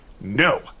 No